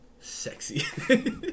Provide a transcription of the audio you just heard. Sexy